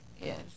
Yes